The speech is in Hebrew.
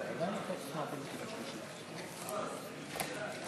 קבוצת סיעת הרשימה המשותפת וחבר הכנסת חיים ילין לסעיף 30 לא נתקבלה.